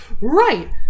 Right